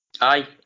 Aye